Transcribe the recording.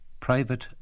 Private